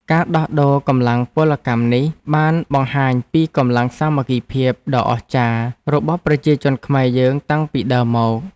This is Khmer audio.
ការដោះដូរកម្លាំងពលកម្មនេះ បានបង្ហាញពីកម្លាំងសាមគ្គីភាពដ៏អស្ចារ្យរបស់ប្រជាជនខ្មែរយើងតាំងពីដើមមក។